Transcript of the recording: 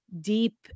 deep